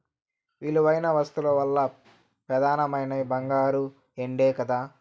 విలువైన వస్తువుల్ల పెదానమైనవి బంగారు, ఎండే కదా